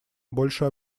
больше